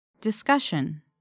Discussion